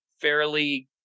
fairly